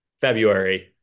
February